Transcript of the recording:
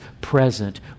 present